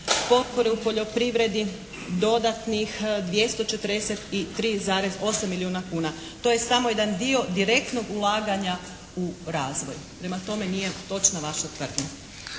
potpore u poljoprivredi dodatnih 243,8 milijuna kuna. To je samo jedan dio direktnog ulaganja u razvoj, prema tome nije točna vaša tvrdnja.